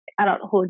adulthood